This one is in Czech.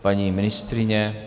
Paní ministryně?